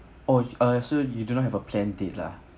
oh err so you do not have a plan date lah